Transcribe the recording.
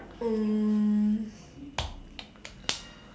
um